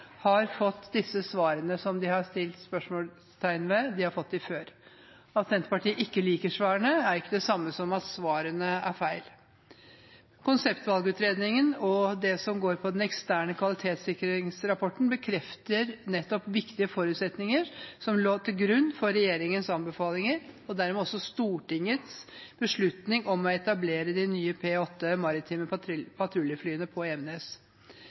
de har stilt, har de fått før. At Senterpartiet ikke liker svarene, er ikke det samme som at svarene er feil. Konseptvalgutredningen og det som går på den eksterne kvalitetssikringsrapporten, bekrefter nettopp viktige forutsetninger som lå til grunn for regjeringens anbefalinger, og dermed også Stortingets beslutning om å etablere de nye P-8 maritime patruljeflyene på Evenes.